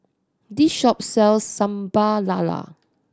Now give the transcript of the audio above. this shop sells Sambal Lala